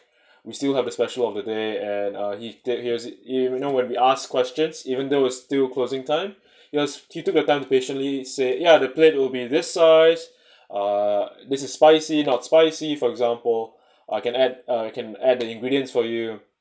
we still have the special of the day and uh he did he was you know when we ask questions even though we're still closing time yes he took the time patiently say ya the plate will be this size uh this is spicy not spicy for example can I add uh can add the ingredients for you